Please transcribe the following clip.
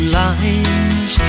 lines